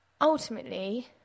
Ultimately